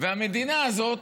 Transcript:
והמדינה הזאת,